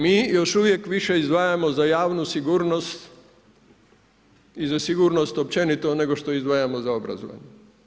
Mi još uvijek više izdvajamo za javnu sigurnost i za sigurnost općenito nego što izdvajamo za obrazovanje.